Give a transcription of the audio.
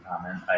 comment